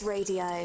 Radio